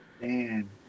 Man